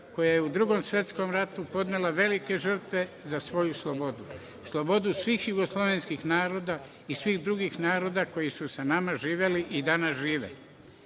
koja u Drugom svetskom ratu podnela velike žrtve za svoju slobodu, slobodu svih jugoslovenskih naroda i svih drugih naroda koji su sa nama živeli i danas žive,